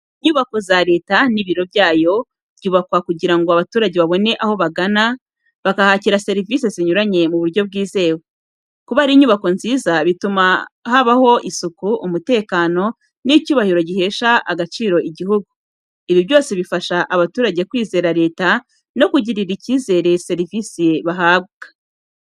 Inyubako za Leta n’ibiro byayo byubakwa kugira ngo abaturage babone aho bagana, bakahakira serivisi zinyuranye mu buryo bwizewe. Kuba ari inyubako nziza, bituma habaho isuku, umutekano, n’icyubahiro gihesha agaciro igihugu. Ibi byose bifasha abaturage kwizera Leta no kugirira icyizere serivisi bahabwa.